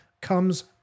comes